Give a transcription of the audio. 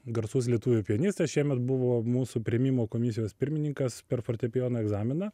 garsus lietuvių pianistas šiemet buvo mūsų priėmimo komisijos pirmininkas per fortepijono egzaminą